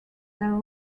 there